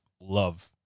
love